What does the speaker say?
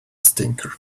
stinker